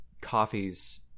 coffees